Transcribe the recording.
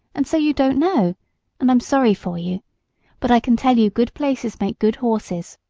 and so you don't know, and i'm sorry for you but i can tell you good places make good horses.